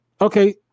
okay